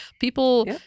people